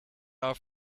our